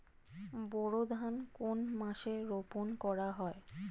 বোরো ধান কোন মাসে রোপণ করা হয়?